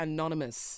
Anonymous